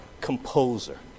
composer